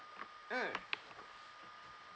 mm